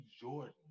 Jordan